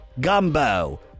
Gumbo